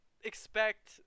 Expect